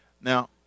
Now